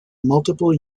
multiple